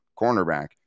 cornerback